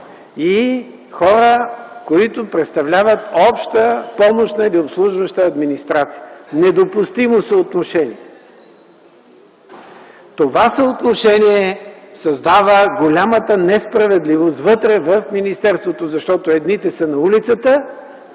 и хора, които представляват обща, помощна или обслужваща администрация. Недопустимо съотношение! Това съотношение създава голямата несправедливост вътре в министерството, защото едните са на улицата,